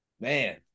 Man